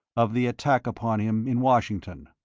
of the attack upon him in washington,